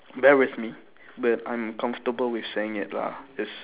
bear with me but I'm comfortable with saying it lah it's